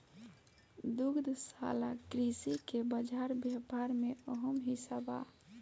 दुग्धशाला कृषि के बाजार व्यापार में अहम हिस्सा बा